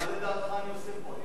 מה לדעתך אני עושה פה?